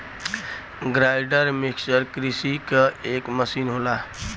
grinder mixer कृषि क एक मसीन होला